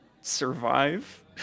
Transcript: survive